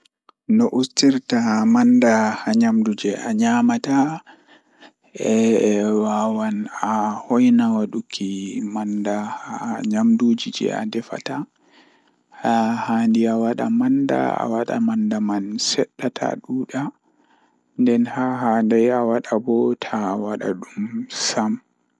Ɗo ɗum waɗata waɗude tuugde hannde e ɗe njamaaji njidde e waɗude haɓɓude nguurndam. Njamaaji ɗiɗi ɗum njamaaji faggude nde rewti sabu rewɓe njiddaade hoore. Ɗiɗo rewɓe ngal njiddaade njamaaji ngal ngal.